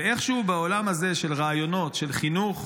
ואיכשהו בעולם הזה של רעיונות, של חינוך,